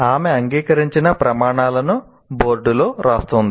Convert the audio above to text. ఆమె అంగీకరించిన ప్రమాణాలను బోర్డులో వ్రాస్తుంది